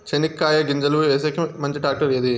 చెనక్కాయ గింజలు వేసేకి మంచి టాక్టర్ ఏది?